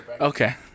Okay